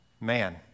Man